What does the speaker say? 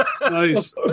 Nice